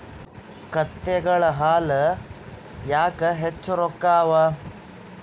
ಕತ್ತೆಗಳ ಹಾಲ ಯಾಕ ಹೆಚ್ಚ ರೊಕ್ಕ ಅವಾ?